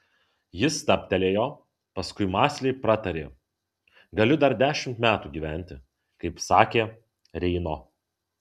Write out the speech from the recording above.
ji stabtelėjo paskui mąsliai pratarė galiu dar dešimt metų gyventi kaip sakė reino